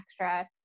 extra